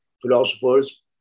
philosophers